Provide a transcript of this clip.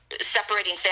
Separating